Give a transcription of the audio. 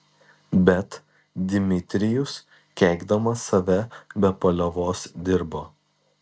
bet dmitrijus keikdamas save be paliovos dirbo